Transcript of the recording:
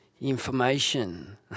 information